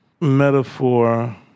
metaphor